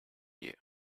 you